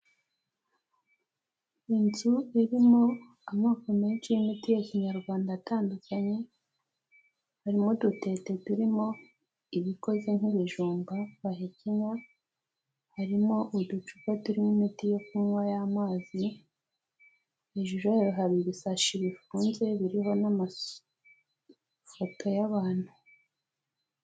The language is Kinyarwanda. Inzu irimo amoko menshi y'imiti ya kinyarwanda atandukanye. Harimo udutete turimo ibikoze nk'ibijumba bahekenya. Harimo uducupa turimo imiti yo kunywa y'amazi. Hejuru yayo hari ibisashi bifunze biriho n'amafoto y'abantu.